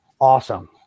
awesome